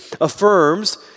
affirms